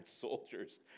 soldiers